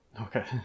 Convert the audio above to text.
okay